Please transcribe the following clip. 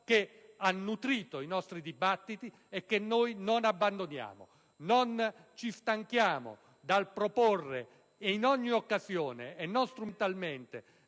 ha nutrito i nostri dibattiti e non la abbandoniamo. Non ci stanchiamo di proporre in ogni occasione, e non strumentalmente,